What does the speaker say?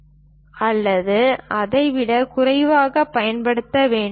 5 millimetre அல்லது அதைவிடக் குறைவாக பயன்படுத்த வேண்டும்